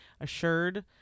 assured